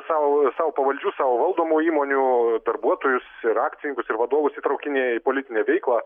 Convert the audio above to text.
sau sau pavaldžių savo valdomų įmonių darbuotojus ir akcininkus ir vadovus įtraukinėja į politinę veiklą